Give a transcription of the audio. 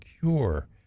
cure